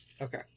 okay